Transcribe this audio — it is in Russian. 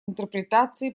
интерпретации